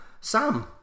Sam